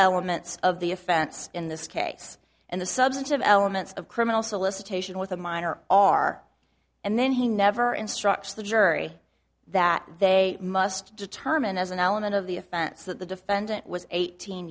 elements of the offense in this case and the substantive elements of criminal solicitation with a minor are and then he never instructs the jury that they must determine as an element of the offense that the defendant was eighteen